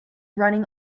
running